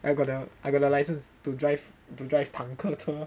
I got the I got the license to drive to drive 坦克车